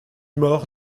morts